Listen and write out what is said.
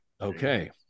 Okay